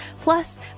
plus